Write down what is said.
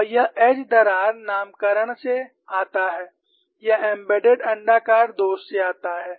और यह एज दरार नामकरण से आता है यह एम्बेडेड अण्डाकार दोष से आता है